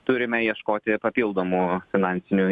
turime ieškoti papildomų finansinių